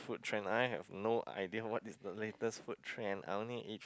food trend I have no idea what is the latest food trend I only eat